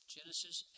Genesis